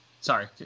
Sorry